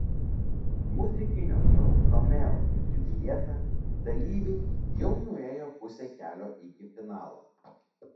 muzikinio šou romeo ir džiuljeta dalyviai jau nuėjo pusę kelio iki finalo